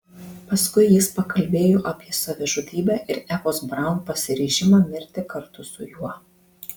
paskui jis pakalbėjo apie savižudybę ir evos braun pasiryžimą mirti kartu su juo